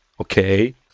okay